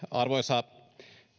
arvoisa